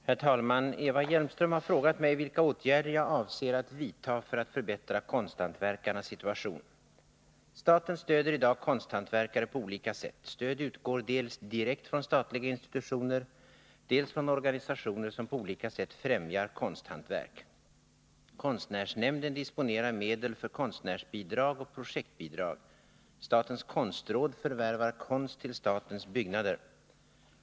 Herr talman! Eva Hjelmström har frågat mig vilka åtgärder jag avser att vidta för att förbättra konsthantverkarnas situation. Staten stöder i dag konsthantverkare på olika sätt. Stöd utgår dels direkt från statliga institutioner, dels från organisationer som på olika sätt främjar konsthantverk. Konstnärsnämnden disponerar medel för konstnärsbidrag och projektbidrag. Statens konstråd förvärvar konst till statens byggnader.